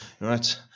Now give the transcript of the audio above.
right